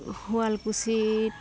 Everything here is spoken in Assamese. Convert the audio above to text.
শুৱালকুচিত